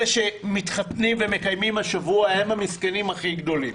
אלה שמתחתנים ומקיימים השבוע חתונה הם המסכנים הכי גדולים.